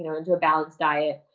you know into a balanced diet,